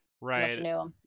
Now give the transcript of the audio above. right